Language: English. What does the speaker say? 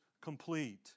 complete